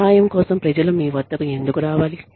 సహాయం కోసం ప్రజలు మీ వద్దకు ఎందుకు రావాలి